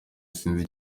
sinzi